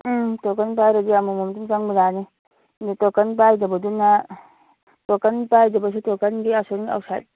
ꯎꯝ ꯇꯣꯀꯟ ꯄꯥꯏꯔꯗꯤ ꯑꯃꯃꯝ ꯑꯗꯨꯝ ꯆꯪꯕ ꯌꯥꯅꯤ ꯇꯣꯀꯟ ꯄꯥꯏꯗꯕꯗꯨꯅ ꯇꯣꯀꯟ ꯄꯥꯏꯗꯕꯁꯨ ꯇꯣꯀꯟꯒꯤ ꯑꯁꯣꯝ ꯑꯥꯎꯠꯁꯥꯏꯠ